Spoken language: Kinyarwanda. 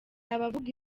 abavuga